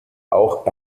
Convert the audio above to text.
auch